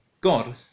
God